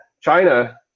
China